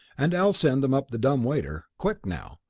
and i'll send them up the dumb waiter. quick, now!